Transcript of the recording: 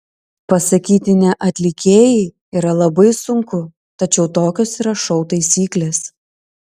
pasakyti ne atlikėjai yra labai sunku tačiau tokios yra šou taisyklės